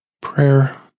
prayer